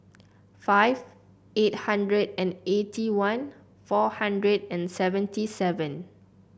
five eight hundred and eighty one four hundred and seventy seven